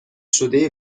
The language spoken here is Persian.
شده